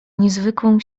niezwykłą